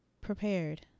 prepared